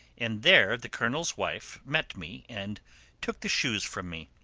and there the colonel's wife met me and took the shoes from me.